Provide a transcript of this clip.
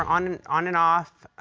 on on and off,